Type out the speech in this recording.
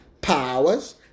powers